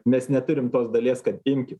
mes neturim tos dalies kad imkim